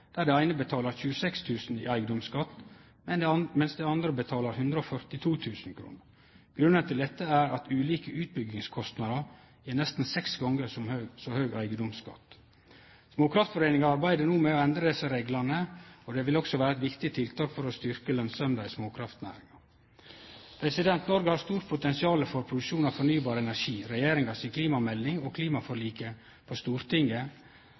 der det eine betalar 26 000 kr i eigedomsskatt, medan det andre betalar 142 000 kr. Grunnen til dette er at ulike utbyggingskostnader gjev nesten seks gonger så høg eigedomsskatt. Småkraftforeninga arbeider no med å endre desse reglane, og det vil også vere eit viktig tiltak for å styrkje lønsemda i småkraftnæringa. Noreg har stort potensial for produksjon av fornybar energi. Regjeringa si klimamelding og klimaforliket på Stortinget